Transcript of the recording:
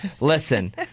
Listen